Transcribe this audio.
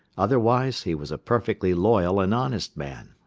otherwise he was a perfectly loyal and honest man.